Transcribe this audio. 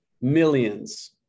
Millions